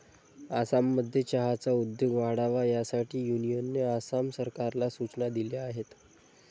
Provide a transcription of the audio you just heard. आसाममध्ये चहाचा उद्योग वाढावा यासाठी युनियनने आसाम सरकारला सूचना दिल्या आहेत